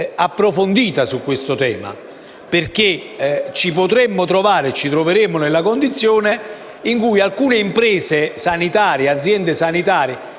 Grazie